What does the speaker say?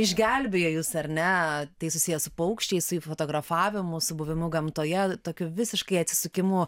išgelbėjo jus ar ne tai susiję su paukščiais fotografavimu su buvimu gamtoje tokiu visiškai atsisukimu